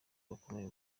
bakomeje